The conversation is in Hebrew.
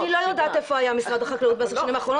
אני לא יודעת איפה היה משרד החקלאות בעשר השנים האחרונות,